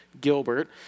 Gilbert